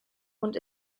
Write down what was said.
und